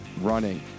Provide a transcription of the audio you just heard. running